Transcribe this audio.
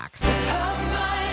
back